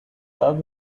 love